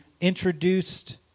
introduced